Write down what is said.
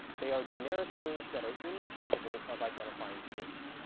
they are generic words that are incapable of identifying source.